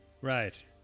Right